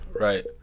right